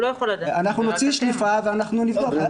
אנחנו נוציא שליפה ונבדוק.